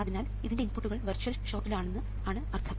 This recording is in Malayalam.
അതിനാൽ ഇതിൻറെ ഇൻപുട്ടുകൾ വെർച്ച്വൽ ഷോർട്ട് ൽ ആണ് എന്നാണ് ഇതിനർത്ഥം